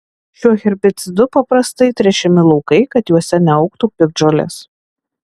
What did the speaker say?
šiuo herbicidu paprastai tręšiami laukai kad juose neaugtų piktžolės